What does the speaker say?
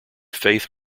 faith